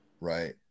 Right